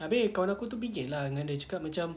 abeh kawan aku tu gi geylang dengan dia cakap macam